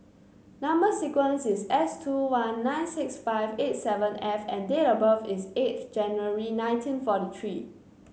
number sequence is S two one nine six five eight seven F and date of birth is eighth January nineteen forty three